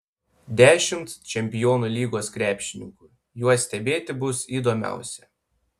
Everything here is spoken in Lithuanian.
dešimt čempionų lygos krepšininkų juos stebėti bus įdomiausia